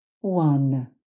One